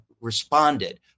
Responded